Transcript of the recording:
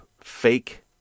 fake